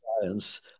science